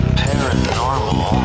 paranormal